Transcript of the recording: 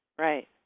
Right